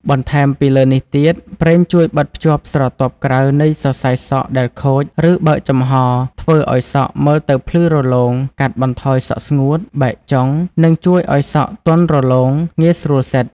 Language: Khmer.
បន្ថែមពីលើនេះទៀត ប្រេងជួយបិទភ្ជាប់ស្រទាប់ក្រៅនៃសរសៃសក់ដែលខូច ឬបើកចំហ ធ្វើឲ្យសក់មើលទៅភ្លឺរលោង កាត់បន្ថយសក់ស្ងួត បែកចុង និងជួយឲ្យសក់ទន់រលាស់ ងាយស្រួលសិត។